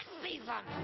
season